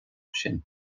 sin